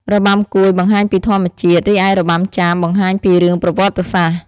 របាំកួយបង្ហាញពីធម្មជាតិ រីឯរបាំចាមបង្ហាញពីរឿងប្រវត្តិសាស្ត្រ។